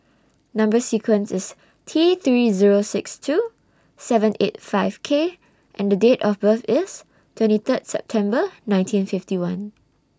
Number sequence IS T three Zero six two seven eight five K and Date of birth IS twenty Third September nineteen fifty one